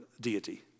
deity